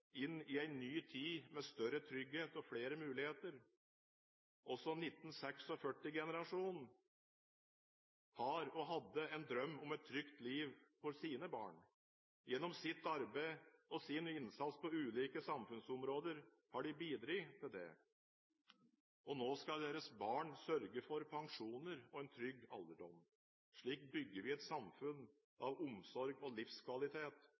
inn i en ny tid med større trygghet og flere muligheter. Også 1946-generasjonen har og hadde en drøm om et trygt liv for sine barn. Gjennom sitt arbeid og sin innsats på ulike samfunnsområder har de bidratt til det. Og nå skal deres barn sørge for pensjonene og en trygg alderdom. Slik bygger vi et samfunn av omsorg og livskvalitet.